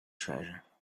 treasure